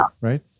Right